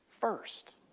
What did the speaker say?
first